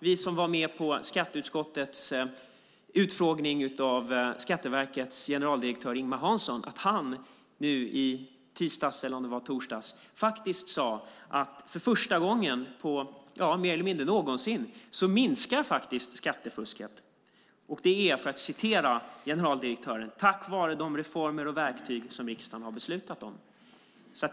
Vi som var med på skatteutskottets utfrågning av Skatteverkets generaldirektör Ingemar Hansson kan konstatera att han nu i tisdags, eller om det var i torsdags, sade att för första gången mer eller mindre någonsin minskar skattefusket. Det är, för att citera generaldirektören, tack vare de reformer och verktyg som riksdagen har beslutat om.